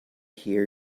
hear